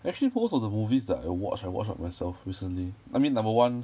actually most of the movies that I watched I watched by myself recently I mean number one